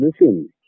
listen